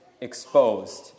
exposed